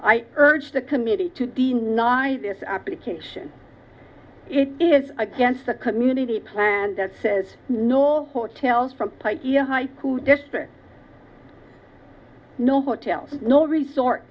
i urge the committee to deny this application it is against the community plan that says no all hotels from high school districts no hotels no resort